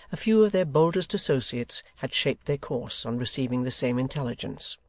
a few of their boldest associates had shaped their course, on receiving the same intelligence.